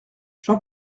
jean